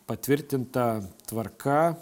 patvirtinta tvarka